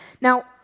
Now